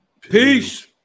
Peace